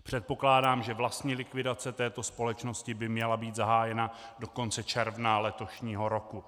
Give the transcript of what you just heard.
Předpokládám, že vlastní likvidace této společnosti by měla být zahájena do konce června letošního roku.